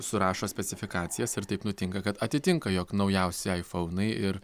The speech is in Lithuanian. surašo specifikacijas ir taip nutinka kad atitinka jog naujausi aifounai ir